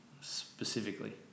specifically